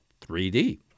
3D